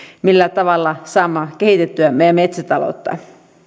millä tavalla saamme kehitettyä meidän metsätalouttamme